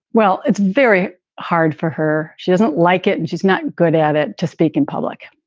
well, it's very hard for her. she doesn't like it and she's not good at it. to speak in public,